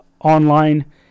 online